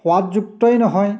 সোৱাদযুক্তই নহয়